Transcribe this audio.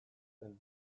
zen